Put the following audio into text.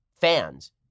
fans